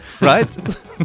right